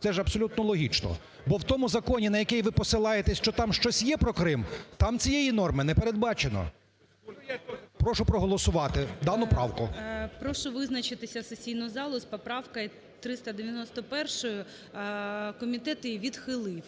Це ж абсолютно логічно. Бо в тому законі, на який ви посилаєтесь, що там щось є про Крим, там цієї норми не передбачено. Прошу проголосувати дану правку. ГОЛОВУЮЧИЙ. Прошу визначитися сесійну залу з поправкою 391. Комітет її відхилив.